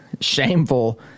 shameful